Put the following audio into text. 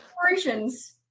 corporations